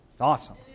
Awesome